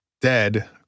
dead